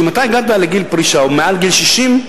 שאם אתה הגעת לגיל פרישה או מעל גיל 60,